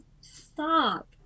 stop